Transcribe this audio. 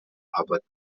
public